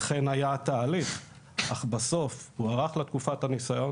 אכן היה תהליך אך בסוף הוארכה לה תקופת הניסיון